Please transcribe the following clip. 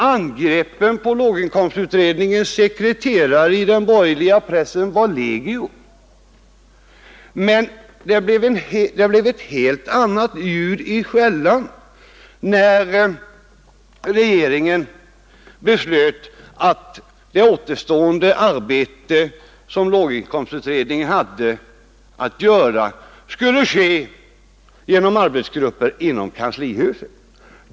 Angreppen på låginkomstutredningens sekreterare var legio i den borgerliga pressen. Men det blev ett helt annat ljud i skällan när regeringen beslöt att det arbete som återstod att göra för låginkomstutredningen skulle uträttas av arbetsgrupper inom kanslihuset.